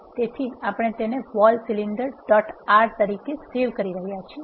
તેથી આપણે તેને વોલ સિલિન્ડર ડોટ આર તરીકે સેવ કરી રહ્યા છીએ